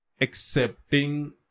accepting